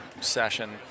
session